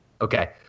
Okay